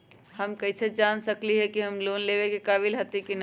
हम कईसे जान सकली ह कि हम लोन लेवे के काबिल हती कि न?